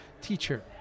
teacher